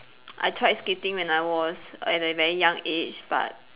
I tried skating when I was at a very young age but